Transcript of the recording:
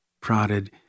prodded